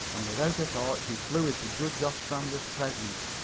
and without a thought she flew into judge ostrander's presence,